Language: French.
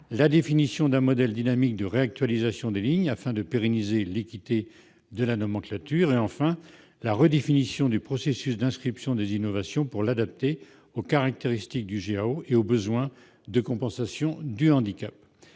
de définir un modèle dynamique de réactualisation des lignes, afin de pérenniser l'équité de la nomenclature et, enfin, de redéfinir le processus d'inscription des innovations, pour l'adapter aux caractéristiques du GAO et aux besoins de compensation du handicap.